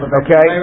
okay